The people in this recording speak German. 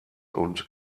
und